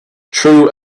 true